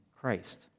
Christ